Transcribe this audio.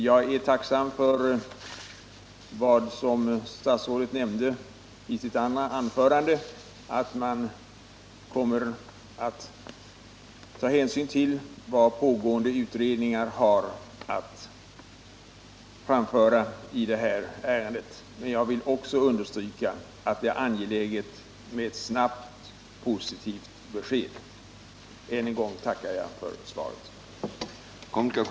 Jag är tacksam för vad statsrådet nämnde i sitt andra anförande, att man kommer att ta hänsyn till vad pågående utredningar har att framföra i ärendet, men jag vill också understryka att det är angeläget med ett snabbt positivt besked. Än en gång tackar jag för svaret.